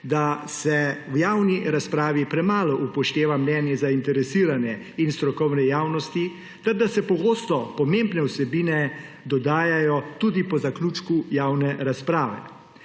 da se v javni razpravi premalo upošteva mnenje zainteresirane in strokovne javnosti ter da se pogosto pomembne vsebine dodajajo tudi po zaključku javne razprave.